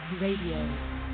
Radio